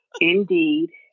Indeed